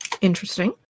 Interesting